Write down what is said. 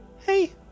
hey